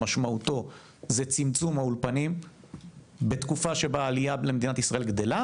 שמשמעותו זה צמצום האולפנים בתקופה שבה העלייה למדינת ישראל גדלה.